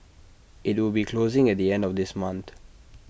IT will be closing at the end of this month